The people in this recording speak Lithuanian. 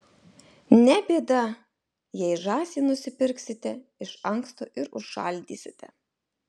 ne bėda jei žąsį nusipirksite iš anksto ir užšaldysite